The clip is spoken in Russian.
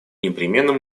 непременным